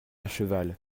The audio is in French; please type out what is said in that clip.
cheval